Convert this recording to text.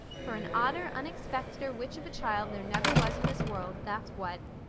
for an odder, unexpecteder witch of a child there never was in this world, that's what.